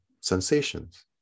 sensations